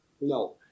No